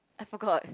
I forgot